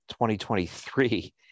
2023